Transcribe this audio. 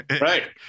right